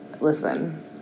listen